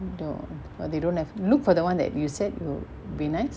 err they don't have look for that one that you said will be nice